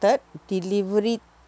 delivery